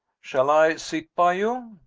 shall i sit by you?